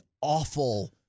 awful